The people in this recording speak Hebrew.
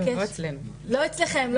לא אצלכם.